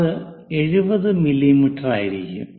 അത് 70 മില്ലീമീറ്ററായിരിക്കും